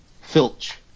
Filch